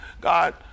God